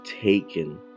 taken